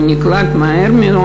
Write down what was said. הוא נקלט מהר מאוד,